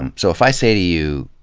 um so if i say to you,